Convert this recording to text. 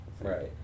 Right